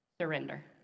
Surrender